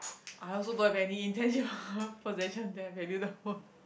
I also don't have any intention of possession that I value the most